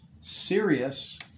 serious